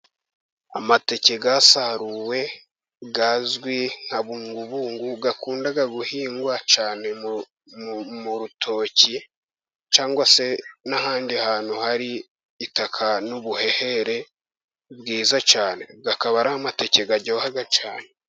Amateke yasaruwe azwi nka bungubungu. Akunda guhingwa cyane mu rutoki, cyangwa se n'ahandi hantu hari itaka n'ubuhehere bwiza cyane. Akaba ari amateke aryoha cyane.